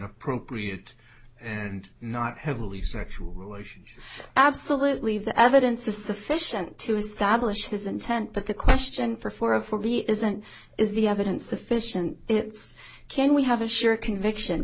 appropriate and not heavily sexual relationship absolutely the evidence is sufficient to establish his intent but the question for four of four be isn't is the evidence sufficient it's can we have a sure conviction